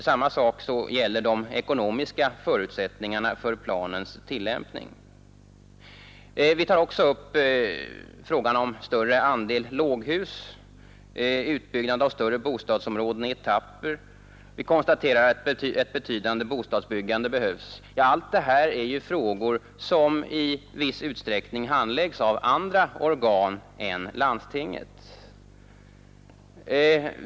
Samma sak gäller de ekonomiska förutsättningarna för planens tillämpning. Vi tar vidare upp frågan om större andel låghus, utbyggnaden av större bostadsområden i etapper, och vi konstaterar att ett betydande bostadsbyggande behövs. Allt detta är frågor som i viss utsträckning handläggs av andra organ än landstinget.